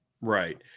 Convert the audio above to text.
Right